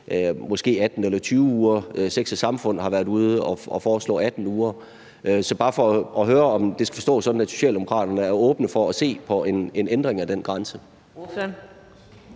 måske 18 eller 20 uger. Sex & Samfund har været ude at foreslå 18 uger. Så det er bare for at høre, om det skal forstås sådan, at Socialdemokraterne er åbne over for at se på en ændring af den grænse.